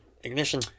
Ignition